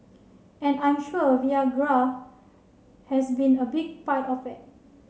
and I'm sure Viagra has been a big part of it